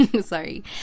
sorry